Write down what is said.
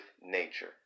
nature